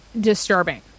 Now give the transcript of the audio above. disturbing